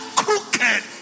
crooked